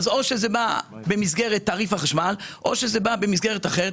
אז זה בא במסגרת תעריף החשמל או במסגרת אחרת.